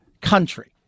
country